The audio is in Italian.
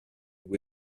due